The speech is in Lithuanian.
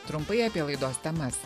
trumpai apie laidos temas